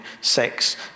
sex